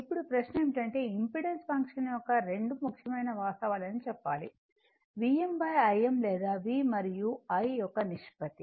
ఇప్పుడు ప్రశ్న ఏమిటంటే ఇంపెడెన్స్ ఫంక్షన్ యొక్క రెండు ముఖ్యమైన వాస్తవాలని చెప్పాలి Vm Im లేదా V మరియు I యొక్క నిష్పత్తి